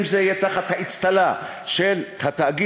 אם זה יהיה תחת האצטלה של התאגיד,